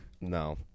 No